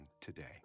today